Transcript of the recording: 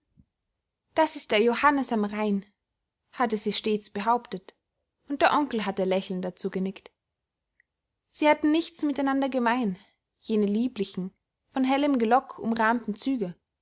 das ist der johannes am rhein hatte sie stets behauptet und der onkel hatte lächelnd dazu genickt sie hatten nichts miteinander gemein jene lieblichen von hellem gelock umrahmten züge